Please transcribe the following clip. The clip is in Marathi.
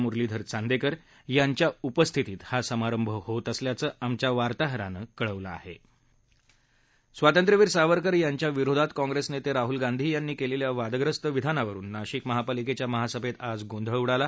मुरलीधर चांदेकर यांच्या उपस्थितीत हा समारंभ होत असल्याचं आमच्या वार्ताहरानं कळवलं आहे स्वातंत्र्यवीर सावरकर यांच्या विरोधात काँप्रेस नेते राहूल गांधी यांनी केलेल्या वादग्रस्त विधानावरून नाशिक महापालिकेच्या महासभेत आज गोंधळ उडाला